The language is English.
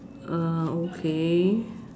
uh okay